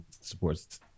supports